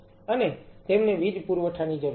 અને તેમને વીજ પુરવઠાની જરૂર છે